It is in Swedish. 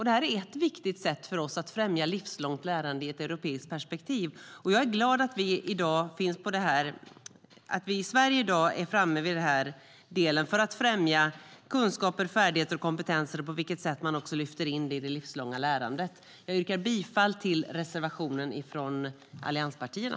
Detta är ett viktigt sätt för oss att främja livslångt lärande i ett europeiskt perspektiv. Jag är glad att vi i Sverige i dag är framme vid att främja kunskaper, färdigheter och kompetenser och det sätt man lyfter in det i det livslånga lärande. Jag yrkar bifall till reservationen från allianspartierna.